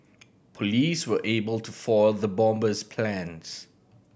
police were able to foil the bomber's plans